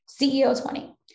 CEO20